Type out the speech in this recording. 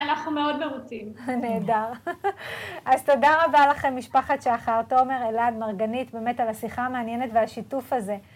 אנחנו מאוד מרוצים. נהדר. אז תודה רבה לכם, משפחת שחר, תומר, אלעד, מרגנית, באמת על השיחה המעניינת והשיתוף הזה.